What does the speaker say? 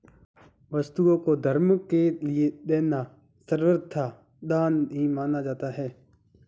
वस्तुओं को धर्म के लिये देना सर्वथा दान ही माना जाता है